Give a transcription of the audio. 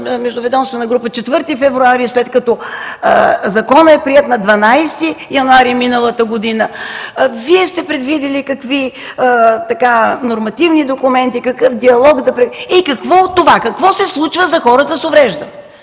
междуведомствена криза на 4 февруари, след като законът е приет на 12 януари миналата година. Вие сте предвидили какви нормативни документи, какъв диалог… И какво от това? Какво се случва за хората с увреждане?